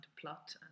plot